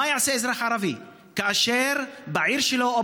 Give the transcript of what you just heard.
מה יעשה אזרח ערבי כאשר בעיר שלו או